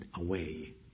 away